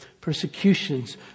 persecutions